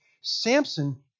Samson